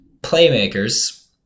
playmakers